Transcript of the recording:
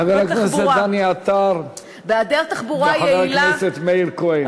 חבר הכנסת דני עטר וחבר הכנסת מאיר כהן.